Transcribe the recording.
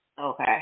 Okay